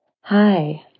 Hi